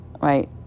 right